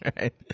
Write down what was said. right